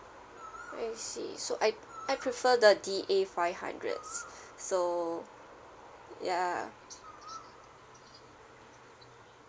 I see so I I prefer the D A five hundred so ya